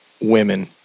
women